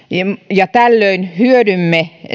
ja tällöin hyödymme